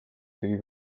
tegi